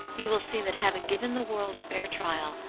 you will see that having given the world a fair trial,